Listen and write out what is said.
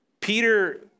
Peter